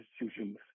institutions